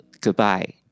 goodbye